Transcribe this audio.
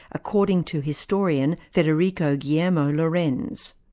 according to historian federico guillermo lorenz.